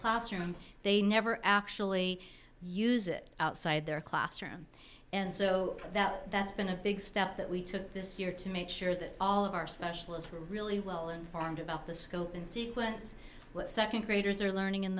classroom they never actually use it outside their classroom and so that that's been a big step that we took this year to make sure that all of our specialists are really well informed about the scope and sequence what second graders are learning in